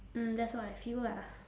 mm that's what I feel lah